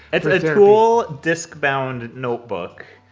it's a tul disc-bound notebook.